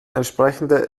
entsprechend